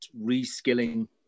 reskilling